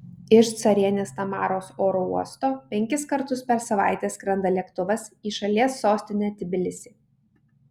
iš carienės tamaros oro uosto penkis kartus per savaitę skrenda lėktuvas į šalies sostinę tbilisį